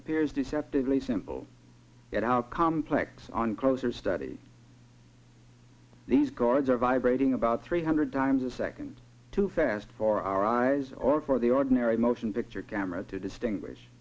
appears deceptively simple at how complex on closer study these guards are vibrating about three hundred times a second too fast for our eyes or for the ordinary motion picture camera to distinguish